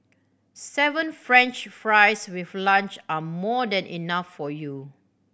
seven french fries with lunch are more than enough for you